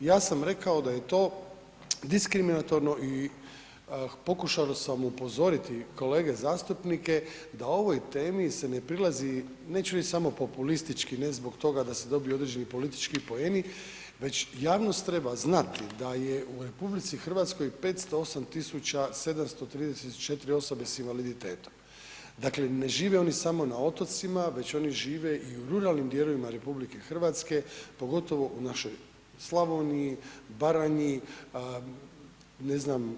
Ja sam rekao da je to diskriminatorno i pokušao sam upozoriti kolege zastupnike da ovoj temi se ne prilazi, neću reć samo populistički, ne zbog toga da se dobiju određeni politički problemi, već javnost treba znati da je u RH 508 734 osobe s invaliditetom, dakle ne žive oni samo na otocima, već oni žive i u ruralnim dijelovima RH, pogotovo u našoj Slavoniji, Baranji, ne znam